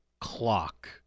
clock